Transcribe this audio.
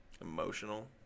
Emotional